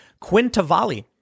Quintavalli